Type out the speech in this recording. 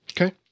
Okay